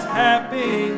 happy